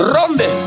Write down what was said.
Ronde